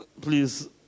please